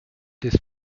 des